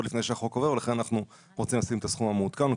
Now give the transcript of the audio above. לפני שהחוק עובר ולכן אנחנו רוצים לשים את הסכום המעודכן,